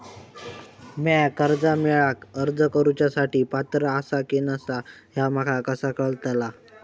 म्या कर्जा मेळाक अर्ज करुच्या साठी पात्र आसा की नसा ह्या माका कसा कळतल?